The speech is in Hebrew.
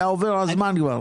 כבר היה עובר הזמן.